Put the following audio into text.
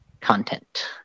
content